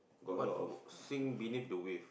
what sing beneath the width